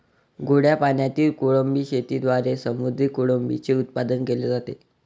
गोड्या पाण्यातील कोळंबी शेतीद्वारे समुद्री कोळंबीचे उत्पादन केले जाते